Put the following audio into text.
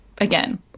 again